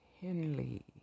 Henley